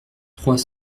trois